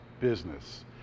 business